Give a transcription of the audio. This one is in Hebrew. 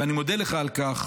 ואני מודה לך על כך,